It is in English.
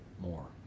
more